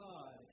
God